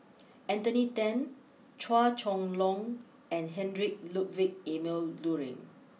Anthony then Chua Chong long and Heinrich Ludwig Emil Luering